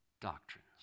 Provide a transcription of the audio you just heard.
doctrines